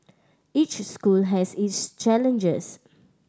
each school has its challenges